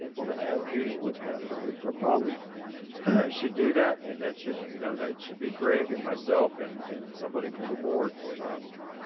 if we're gonna have a meeting with them that we probably should do that. and that should, you know that it should be greg and myself and and somebody from the board